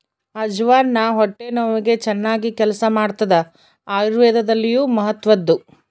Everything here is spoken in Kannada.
ಅಜ್ವಾನ ಹೊಟ್ಟೆ ನೋವಿಗೆ ಚನ್ನಾಗಿ ಕೆಲಸ ಮಾಡ್ತಾದ ಆಯುರ್ವೇದದಲ್ಲಿಯೂ ಮಹತ್ವದ್ದು